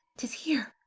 tis here!